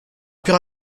plus